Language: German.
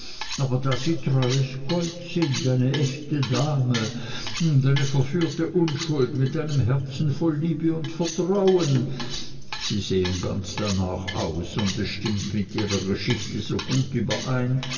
aber da sie treues gold sind eine echte dame und eine verführte unschuld mit einem herzen voll liebe und vertrauen sie sehen ganz darnach aus und es stimmt mit ihrer geschichte so gut überein